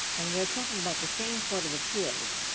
and we're talking about the same court of appeals.